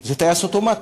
זה טייס אוטומטי,